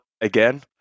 again